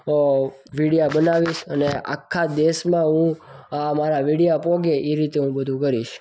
વિડીયા બનાવીશ અને આખા દેશમાં હું મારા વિડિયા પહોંચે એ રીતે હું બધું કરીશ